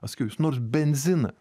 aš sakiau jūs nors benziną